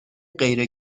غیر